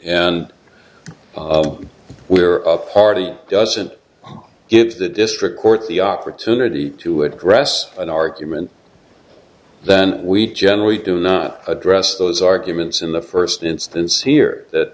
and we are of party doesn't give the district court the opportunity to address an argument then we generally do not address those arguments in the first instance here that